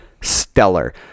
stellar